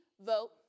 Vote